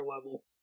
level